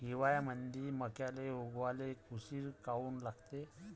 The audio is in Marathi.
हिवाळ्यामंदी मक्याले उगवाले उशीर काऊन लागते?